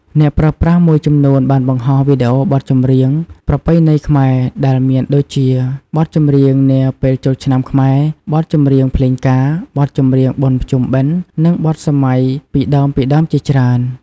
អ្នកប្រើប្រាស់មួយចំនួនបានបង្ហោះវីដេអូបទចម្រៀងប្រពៃណីខ្មែរដែលមានដូចជា បទចម្រៀងនាពេលចូលឆ្នាំខ្មែរ បទចម្រៀងភ្លេងការ បទចម្រៀងបុណ្យភ្ជុំបិណ្ឌ និងបទសម័យពីដើមៗជាច្រើន។